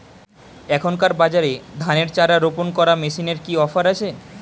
এখনকার বাজারে ধানের চারা রোপন করা মেশিনের কি অফার আছে?